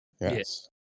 Yes